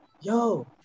yo